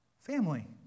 family